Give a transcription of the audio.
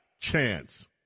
chance